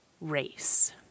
race